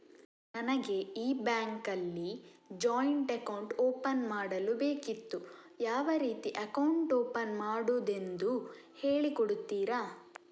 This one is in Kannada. ನನಗೆ ಈ ಬ್ಯಾಂಕ್ ಅಲ್ಲಿ ಜಾಯಿಂಟ್ ಅಕೌಂಟ್ ಓಪನ್ ಮಾಡಲು ಬೇಕಿತ್ತು, ಯಾವ ರೀತಿ ಅಕೌಂಟ್ ಓಪನ್ ಮಾಡುದೆಂದು ಹೇಳಿ ಕೊಡುತ್ತೀರಾ?